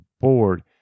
board